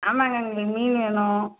ஆமாங்க எங்களுக்கு மீன் வேணும்